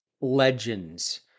legends